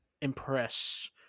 impress